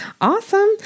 Awesome